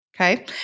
Okay